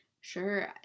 Sure